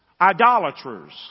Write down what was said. idolaters